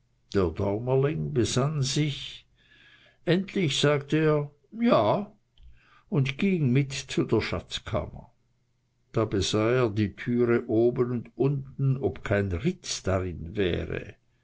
besann sich endlich sagte er ja und ging mit zu der schatzkammer da besah er die türe oben und unten ob kein ritz darin wäre